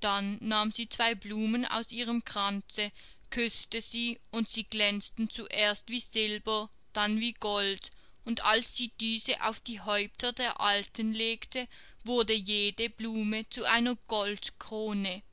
dann nahm sie zwei blumen aus ihrem kranze küßte sie und sie glänzten zuerst wie silber dann wie gold und als sie diese auf die häupter der alten legte wurde jede blume zu einer goldkrone